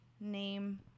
name